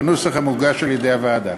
בנוסח המוגש על-ידי הוועדה.